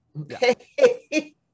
Okay